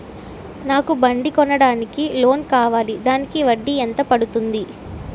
నాకు బండి కొనడానికి లోన్ కావాలిదానికి వడ్డీ ఎంత పడుతుంది?